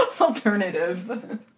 alternative